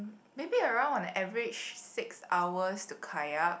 maybe around on the average six hours to kayak